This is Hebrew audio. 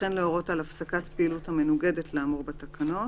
וכן להורות על הפסקת פעילות המנוגדת לאמור בתקנות,